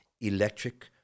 electric